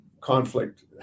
conflict